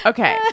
Okay